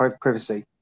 privacy